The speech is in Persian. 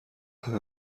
همه